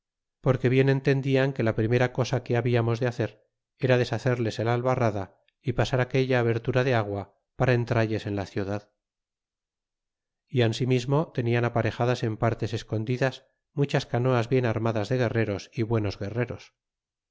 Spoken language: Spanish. porque bien entendian que la primera cosa que hablamos de hacer era deshacerles el albarrada y pasar aquella abertura de agua para entralles en la ciudad y ansimismo tenian aparejadas en partes escondidas muchas canoas bien armadas de guerreros y buenos guerreros